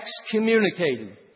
excommunicated